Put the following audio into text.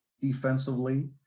defensively